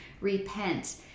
repent